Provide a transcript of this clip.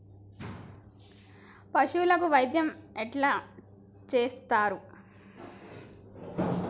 పశువులకు వైద్యం ఎట్లా చేత్తరు?